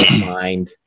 mind